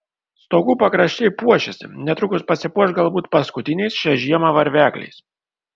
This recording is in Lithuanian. stogų pakraščiai puošiasi netrukus pasipuoš galbūt paskutiniais šią žiemą varvekliais